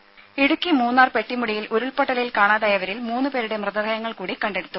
രുമ ഇടുക്കി മൂന്നാർ പെട്ടിമുടിയിൽ ഉരുൾപൊട്ടലിൽ കാണാതായവരിൽ മൂന്നു പേരുടെ മൃതദേഹങ്ങൾ കൂടി കണ്ടെടുത്തു